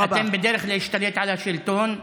אתם בדרך להשתלט על השלטון,